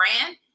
brand